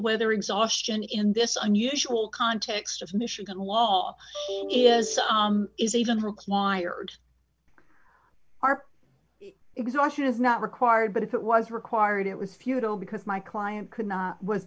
whether exhaustion in this unusual context of michigan law is even required are exhausted is not required but if it was required it was futile because my client could not was